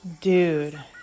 Dude